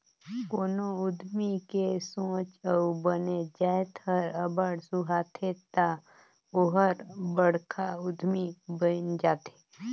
कोनो उद्यमी के सोंच अउ बने जाएत हर अब्बड़ सुहाथे ता ओहर बड़खा उद्यमी बइन जाथे